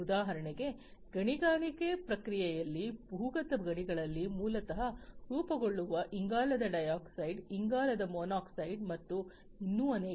ಉದಾಹರಣೆಗೆ ಗಣಿಗಾರಿಕೆ ಪ್ರಕ್ರಿಯೆಯಲ್ಲಿ ಭೂಗತ ಗಣಿಗಳಲ್ಲಿ ಮೂಲತಃ ರೂಪುಗೊಳ್ಳುವ ಇಂಗಾಲದ ಡೈಆಕ್ಸೈಡ್ ಇಂಗಾಲದ ಮಾನಾಕ್ಸೈಡ್ ಮತ್ತು ಇನ್ನೂ ಅನೇಕ